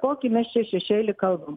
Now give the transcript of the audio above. kokį mes čia šešėlį kalbam